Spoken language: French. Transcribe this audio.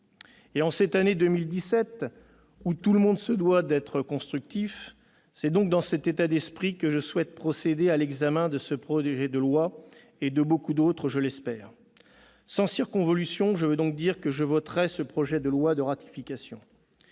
En cette année 2017, où tout le monde se doit d'être constructif ..., c'est dans un tel état d'esprit que je souhaite procéder à l'examen du présent projet de loi et de beaucoup d'autres- je l'espère ... Sans circonvolution, je veux donc dire que je voterai ce projet de loi de ratification.